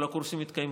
כל הקורסים התקיימו,